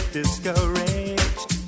discouraged